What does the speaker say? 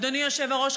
אדוני היושב-ראש,